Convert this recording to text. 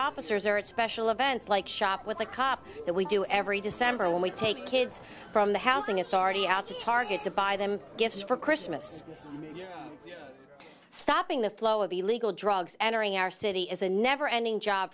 officers are at special events like shop with a cop that we do every december when we take kids from the housing authority out to target to buy them gifts for christmas and stopping the flow of illegal drugs entering our city is a never ending job